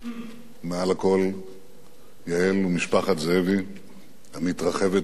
מעל לכול יעל ומשפחת זאבי המתרחבת,